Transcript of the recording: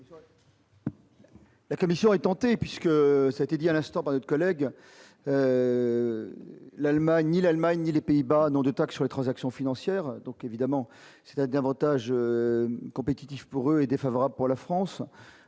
La commission est tenté, puisque ça a été dit à l'instant par notre collègue, l'Allemagne et l'Allemagne et les Pays-Bas de taxe sur les transactions financières, donc évidemment c'est d'Avantage compétitif pour eux est défavorable pour la France